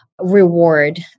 reward